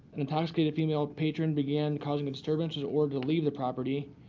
an intoxicated female patron began causing a disturbance, was ordered to leave the property.